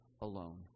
alone